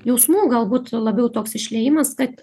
jausmų galbūt labiau toks išliejimas kad